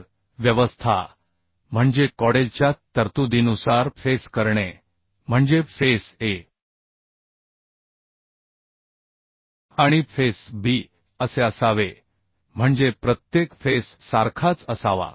तर व्यवस्था म्हणजे CODELच्या तरतुदीनुसार फेस करणे म्हणजे फेसA आणि फेस B असे असावे म्हणजे प्रत्येक फेस सारखाच असावा